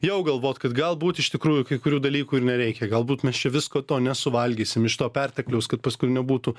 jau galvot kad galbūt iš tikrųjų kai kurių dalykų ir nereikia galbūt mes čia visko to nesuvalgysim iš to pertekliaus kad paskui nebūtų